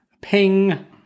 ping